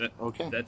Okay